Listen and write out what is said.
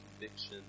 conviction